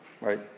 right